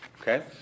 Okay